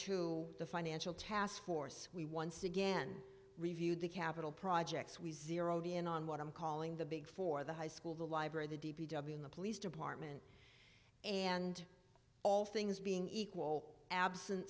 to the financial taskforce we once again reviewed the capital projects we zeroed in on what i'm calling the big four the high school the library the d p w in the police department and all things being equal absent